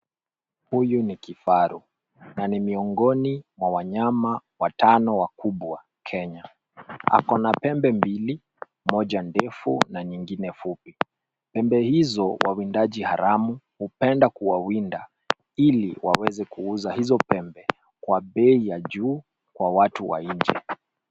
Huyu ni kifaru, na ni miongoni wa wanyama watano wakubwa Kenya. Ako na pembe mbili, moja ndefu na nyingine fupi. Pembe hizo wawindaji haramu hupenda kuwawinda ili waweze kuuza hizo pembe kwa bei ya juu, kwa watu wa nje.